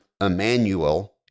Emmanuel-